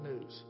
news